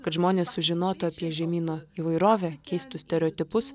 kad žmonės sužinotų apie žemyno įvairovę keistų stereotipus